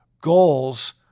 goals